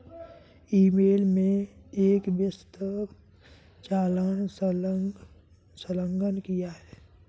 ई mail में एक विस्तृत चालान संलग्न किया है